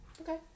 Okay